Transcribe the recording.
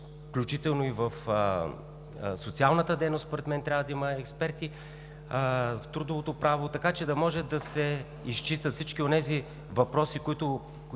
включително и в социалната дейност, според мен трябва да има експерти, в трудовото право, така че да може да се изчистят всички онези въпроси, които